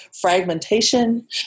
fragmentation